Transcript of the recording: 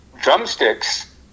drumsticks